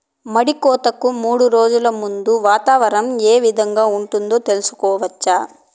మడి కోతలకు మూడు రోజులు ముందుగా వాతావరణం ఏ విధంగా ఉంటుంది, తెలుసుకోవచ్చా?